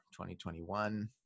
2021